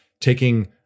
taking